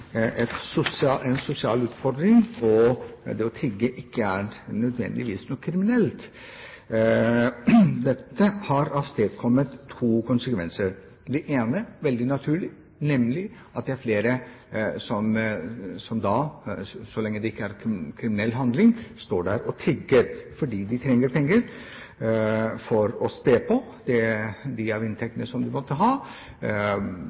sosial utfordring, og at det å tigge ikke nødvendigvis er noe kriminelt. Dette har avstedkommet to konsekvenser. Det ene – veldig naturlig – er at det er flere som, så lenge det ikke er en kriminell handling, står der og tigger fordi de trenger penger for å spe på de inntektene som de